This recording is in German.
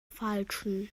falschen